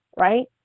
right